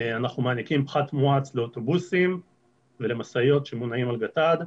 אנחנו מעניקים פחת מואץ לאוטובוסים ולמשאיות שמונעים על גט"ד.